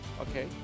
okay